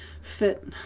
fit